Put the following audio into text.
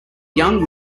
young